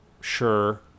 Sure